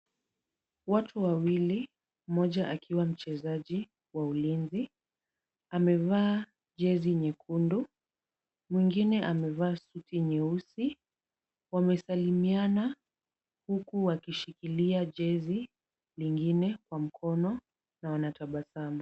Watu wawili mmoja akiwa mchezaji wa Ulinzi, amevaa jezi nyekundu, mwingine amevaa suti nyeusi, wamesalimiana huku wakishikilia jezi lingine kwa mkono na wanatabasamu.